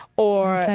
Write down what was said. or,